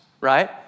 right